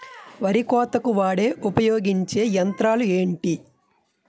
వరి కోతకు వాడే ఉపయోగించే యంత్రాలు ఏంటి?